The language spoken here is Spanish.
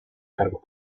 cargos